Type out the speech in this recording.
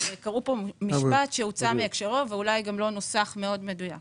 קראו פה משפט שהוצא מהקשרו ואולי גם לא נוסח מדויק מאוד.